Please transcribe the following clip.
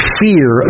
fear